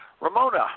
Ramona